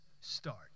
start